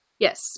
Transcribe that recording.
Yes